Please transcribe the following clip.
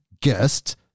guest